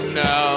no